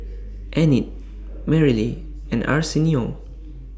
Enid Merrily and Arsenio